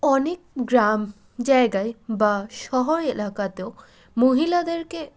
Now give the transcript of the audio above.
অনেক গ্রাম জায়গায় বা শহর এলাকাতেও মহিলাদেরকে